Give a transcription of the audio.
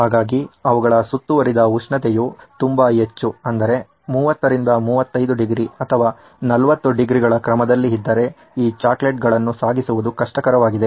ಹಾಗಾಗಿ ಅವುಗಳ ಸುತ್ತುವರಿದ ಉಷ್ಣತೆಯು ತುಂಬಾ ಹೆಚ್ಚು ಅಂದರೆ 30 35 ಡಿಗ್ರಿ ಅಥವಾ 40 ಡಿಗ್ರಿಗಳ ಕ್ರಮದಲ್ಲಿ ಇದ್ದರೆ ಈ ಚಾಕೊಲೇಟುಗಳನ್ನು ಸಾಗಿಸುವುದು ಕಷ್ಟಕರವಾಗಿದೆ